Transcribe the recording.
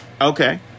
Okay